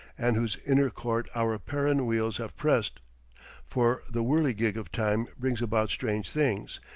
and whose inner court our paran wheels have pressed for the whirligig of time brings about strange things,